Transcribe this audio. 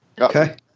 Okay